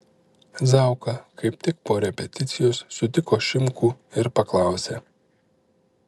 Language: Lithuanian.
zauka kaip tik po repeticijos sutiko šimkų ir paklausė